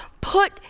put